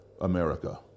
America